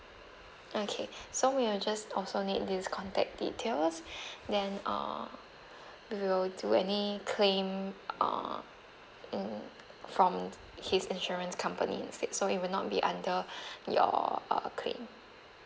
okay so we'lI just also need this contact details then uh we will do any claim uh in from his insurance company instead so it will not be under your uh claim